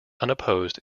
unopposed